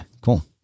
cool